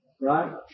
right